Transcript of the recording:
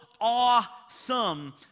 awesome